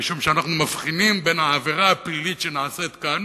משום שאנחנו מבחינים בין העבירה הפלילית שנעשית כאן,